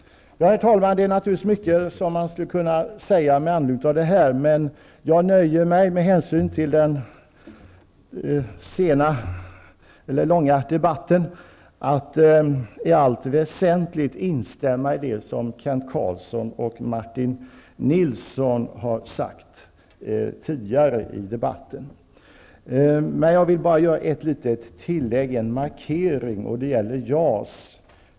Herr talman! Det är mycket som man skulle kunna säga med anledning av detta, men med hänsyn till den långa debatten nöjer jag mig med att i allt väsentligt instämma i det som Kent Carlsson och Martin Nilsson har sagt tidigare i debatten. Jag vill bara göra ett litet tillägg, en markering, och det gäller JAS.